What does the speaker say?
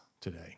today